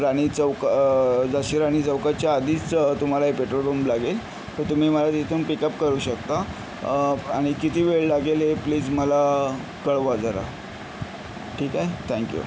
रानी चौक जाशी रानी चौकाच्या आधीच तुम्हाला एक पेट्रोल पंप लागेल तर तुम्ही मला तिथून पिकअप करू शकता आणि किती वेळ लागेल हे प्लीज मला कळवा जरा ठीक आहे तॅन्क्यू